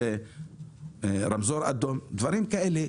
זה רמזור אדום דברים כאלה,